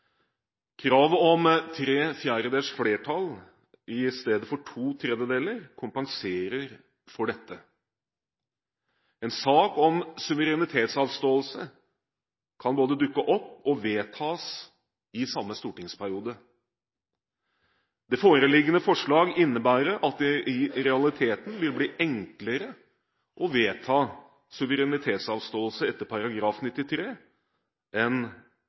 Kravet om tre fjerdedels flertall i stedet for to tredjedeler kompenserer for dette. En sak om suverenitetsavståelse kan både dukke opp og vedtas i samme stortingsperiode. Det foreliggende forslag innebærer at det i realiteten vil bli enklere å vedta suverenitetsavståelse etter § 93